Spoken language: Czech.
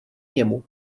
němu